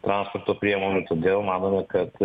transporto priemonių todėl manome kad